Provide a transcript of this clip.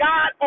God